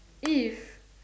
if